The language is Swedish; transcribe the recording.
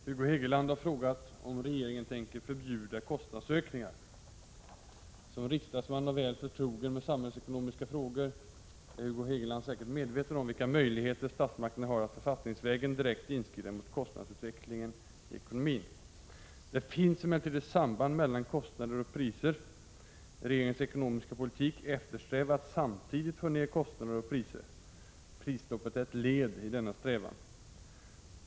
Fru talman! Hugo Hegeland har frågat om regeringen tänker förbjuda kostnadsökningar. Som riksdagsman och väl förtrogen i samhällsekonomiska frågor är Hugo Hegeland säkert medveten om vilka möjligheter statsmakterna har att författningsvägen direkt inskrida mot kostnadsutvecklingen i ekonomin. Det finns emellertid ett samband mellan kostnader och priser. Regeringens ekonomiska politik eftersträvar att samtidigt få ned kostnader och priser. Prisstoppet är ett led i denna strävan.